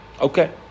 Okay